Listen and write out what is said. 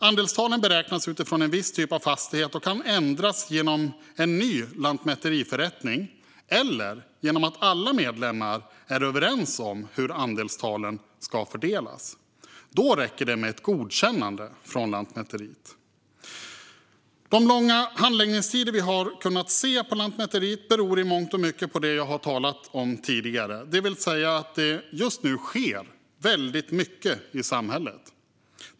Andelstalen beräknas utifrån en viss typ av fastighet och kan ändras genom en ny lantmäteriförrättning eller genom att alla medlemmar är överens om hur andelstalen ska fördelas - då räcker det med ett godkännande från Lantmäteriet. De långa handläggningstider vi har kunnat se på Lantmäteriet beror i mångt och mycket på det jag har talat om tidigare, det vill säga att det just nu sker väldigt mycket i samhället.